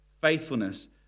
faithfulness